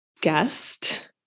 guest